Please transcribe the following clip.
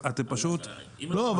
אתם פשוט --- לא,